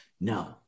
No